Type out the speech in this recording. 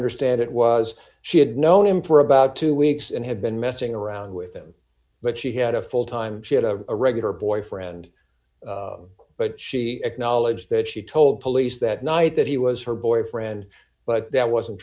understand it was she had known him for about two weeks and have been messing around with him but she had a full time she had a regular boyfriend but she acknowledged that she told police that night that he was her boyfriend d but that wasn't